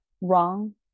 wrong